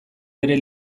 bere